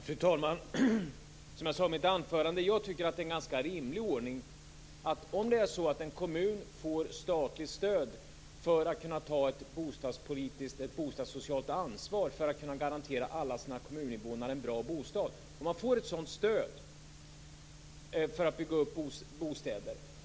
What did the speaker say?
Fru talman! Som jag sade i mitt anförande tycker jag att detta är en ganska rimlig ordning när en kommun får statligt stöd för att kunna ta ett bostadssocialt ansvar för att garantera alla sina kommuninvånare en bra bostad, och får ett stöd för att bygga bostäder.